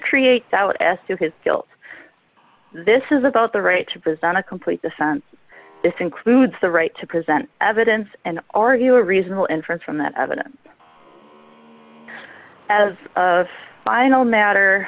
create doubt as to his guilt this is about the right to present a complete defense this includes the right to present evidence and argue a reasonable inference from that evidence as of final matter